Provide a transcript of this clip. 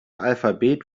alphabet